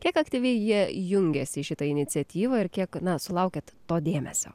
kiek aktyviai jie jungiasi į šitą iniciatyvą ir kiek na sulaukiat to dėmesio